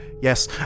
Yes